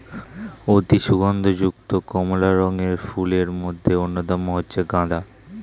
অতি সুগন্ধ যুক্ত কমলা রঙের ফুলের মধ্যে অন্যতম হচ্ছে গাঁদা